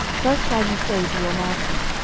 thus shall ye say to your master,